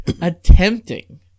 attempting